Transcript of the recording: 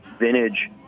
vintage